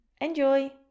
Enjoy